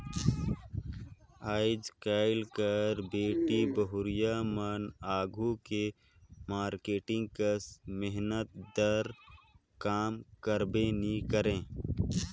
आएज काएल कर बेटी बहुरिया मन आघु के मारकेटिंग कस मेहनत दार काम करबे नी करे